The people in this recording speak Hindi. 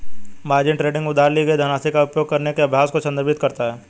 मार्जिन ट्रेडिंग उधार ली गई धनराशि का उपयोग करने के अभ्यास को संदर्भित करता है